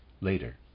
later